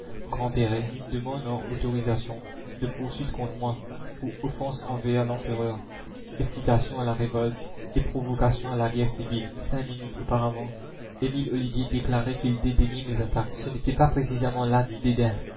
grandperret une demande en autorisation de poursuites contre moi pour offenses envers l'empereur excitation à la révolte et provocation à la guerre civile cinq minutes auparavant emile ollivier déclarait qu'il dédaignait mes attaques ce n'était pas précisément là du dédain